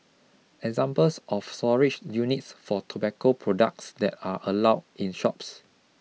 examples of storage units for tobacco products that are allowed in shops